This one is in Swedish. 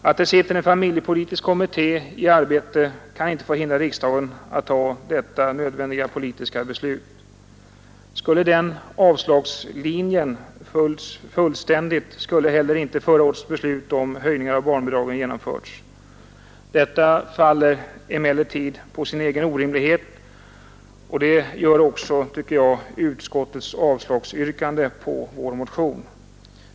Att det finns en familjepolitisk kommitté i arbete kan inte få hindra riksdagen att fatta detta nödvändiga politiska beslut. Skulle den avslagslinjen följts fullständigt, skulle heller inte förra årets beslut om höjningar av barnbidragen ha genomförts. Det faller emellertid på sin egen orimlighet, och det gör också, tycker jag, utskottets avslagsyrkande på vår motion.